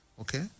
okay